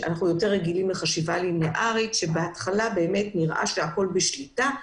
אנחנו רגילים לחשיבה ליניארית שבהתחלה נראה שהכול בשליטה,